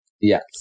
yes